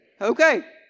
Okay